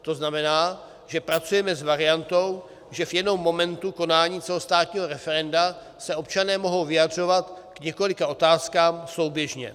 To znamená, že pracujeme s variantou, že v jednom momentu konání celostátního referenda se občané mohou vyjadřovat k několika otázkám souběžně.